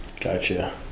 gotcha